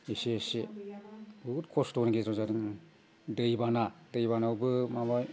एसे एसे बुहुद खस्थ'नि गेजेरजों जादोंमोन दै बाना दै बानायावबो माबाबाय